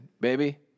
baby